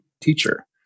teacher